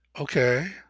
Okay